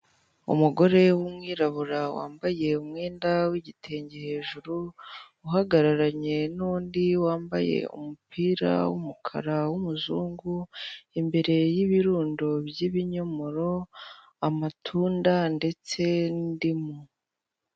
Umugore w'umwirabura wambaye umwenda w'igitege hajuru, uhagararanye n'undi wambaye umupira w'umukara w'umuzungu. Imbere y'ibitundo by'ibinyomoro, amatunda ndetse n'indimu.